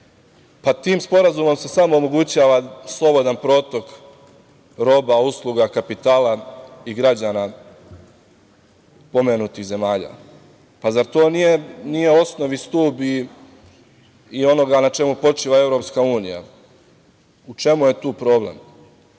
Sporazumom se samo omogućava slobodan protok roba, usluga, kapitala i građana pomenutih zemalja. Zar to nije osnov i stub i onoga na čemu počiva EU? U čemu je tu problem?